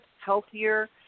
healthier